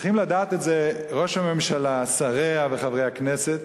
צריכים לדעת את זה ראש הממשלה, שריה וחברי הכנסת,